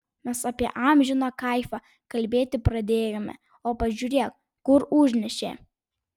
mes apie amžiną kaifą kalbėti pradėjome o pažiūrėk kur užnešė